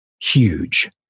huge